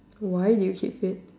why do you keep fit